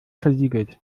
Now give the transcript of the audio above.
versiegelt